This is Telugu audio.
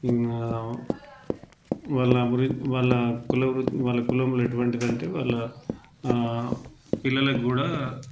ఇంకా వాళ్ళ అభివృ వాళ్ళ కుల వృ వాళ్ళ కులంలో ఎటువంటిది అంటే వాళ్ళ పిల్లల కు కూడా